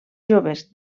joves